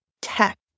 tech